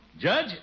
Judge